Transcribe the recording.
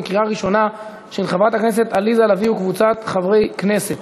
של חברת הכנסת עליזה לביא וקבוצת חברי הכנסת,